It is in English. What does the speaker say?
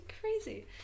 Crazy